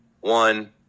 One